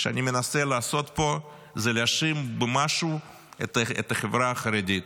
שאני מנסה לעשות פה זה להאשים במשהו את החברה החרדית.